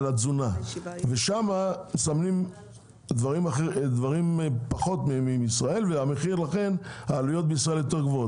שם מפרטים פחות ולכן בישראל העלויות גבוהות יותר.